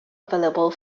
available